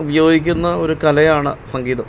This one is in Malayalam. ഉപയോഗിക്കുന്ന ഒരു കലയാണ് സംഗീതം